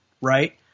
right